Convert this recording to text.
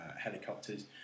helicopters